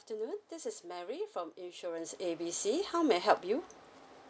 afternoon this is mary from insurance A B C how may I help you